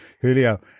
Julio